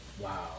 Wow